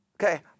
Okay